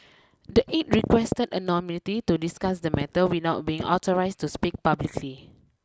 the aide requested anonymity to discuss the matter without being authorised to speak publicly